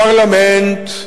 פרלמנט,